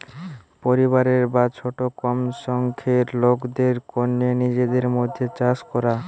পরিবারের বা ছোট কম সংখ্যার লোকদের কন্যে নিজেদের মধ্যে চাষ করা